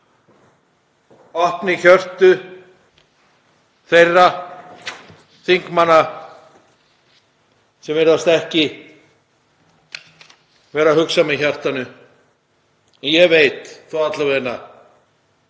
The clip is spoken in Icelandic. opni hjörtu þeirra þingmanna sem virðast ekki vera að hugsa með hjartanu. Ég veit þó alla vega hvar